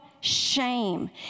shame